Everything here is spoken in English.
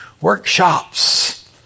workshops